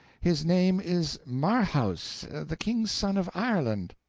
his name is marhaus the king's son of ireland.